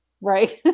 right